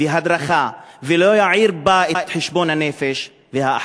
והדרכה ולא יעיר בה את חשבון-הנפש-והאחריות".